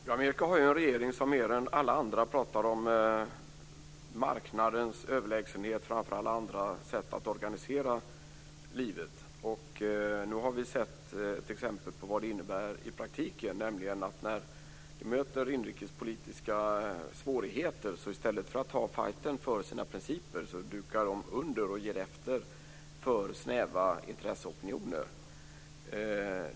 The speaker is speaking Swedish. Herr talman! Amerika har en regering som mer än alla andra talar om marknadens överlägsenhet framför alla andra sätt att organisera livet. Nu har vi sett ett exempel på vad det innebär i praktiken. När den möter inrikespolitiska svårigheter dukar den under och ger efter för snäva intresseopinioner i stället för att ta fighten för sina principer.